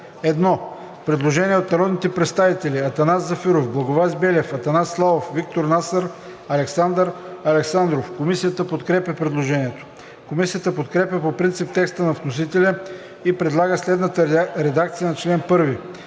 1 има предложение от народните представители Атанас Зафиров, Благовест Белев, Атанас Славов, Виктор Насър, Александър Александров. Комисията подкрепя предложението. Комисията подкрепя по принцип текста на вносителя и предлага следната редакция на чл.